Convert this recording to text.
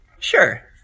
Sure